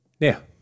Now